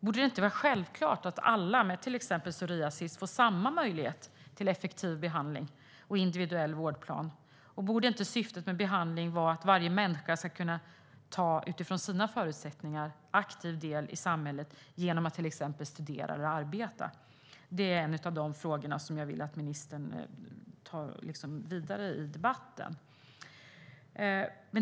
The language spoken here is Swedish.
Borde det inte vara självklart att alla med till exempel psoriasis får samma möjlighet till effektiv behandling och individuell vårdplan? Och borde inte syftet med behandling vara att varje människa ska kunna ta aktiv del i samhället utifrån sina förutsättningar genom att till exempel studera eller arbeta? Det är ett par av de frågor som jag vill att ministern tar vidare i debatten.